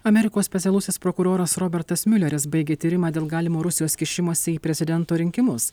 amerikos specialusis prokuroras robertas miuleris baigė tyrimą dėl galimo rusijos kišimosi į prezidento rinkimus